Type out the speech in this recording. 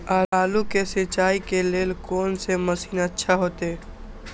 आलू के सिंचाई के लेल कोन से मशीन अच्छा होते?